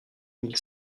mille